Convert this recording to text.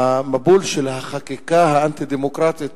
המבול של החקיקה האנטי-דמוקרטית